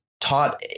taught